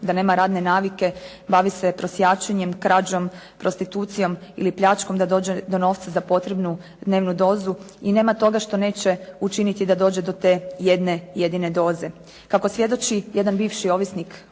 da nema radne navike bavi se prosjačenjem, krađom, prostitucijom, ili pljačkom da dođe do novca za potrebnu dnevnu dozu i nema toga što neće učiniti da dođe do te jedne jedine doze. Kako svjedoči jedan bivši ovisnik